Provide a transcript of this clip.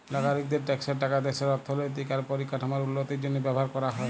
লাগরিকদের ট্যাক্সের টাকা দ্যাশের অথ্থলৈতিক আর পরিকাঠামোর উল্লতির জ্যনহে ব্যাভার ক্যরা হ্যয়